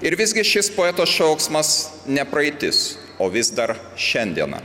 ir visgi šis poeto šauksmas ne praeitis o vis dar šiandiena